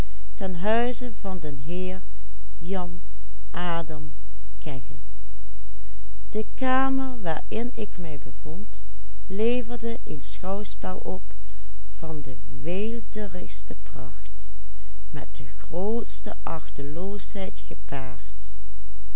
de kamer waarin ik mij bevond leverde een schouwspel op van de weelderigste pracht met de grootste achteloosheid gepaard